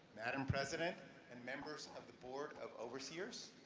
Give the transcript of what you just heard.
madam president and members of the board of overseers,